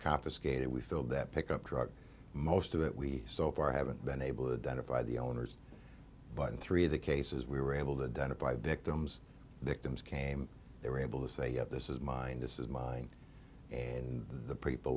confiscated we filled that pickup truck most of it we so far haven't been able to done it by the owners but in three of the cases we were able to dennet by victims victims came they were able to say yep this is mine this is mine and the people